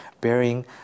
bearing